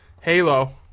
Halo